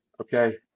okay